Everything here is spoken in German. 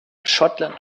schottland